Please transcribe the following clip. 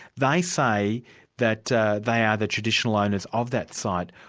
they say that they are the traditional owners of that site.